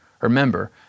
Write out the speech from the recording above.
Remember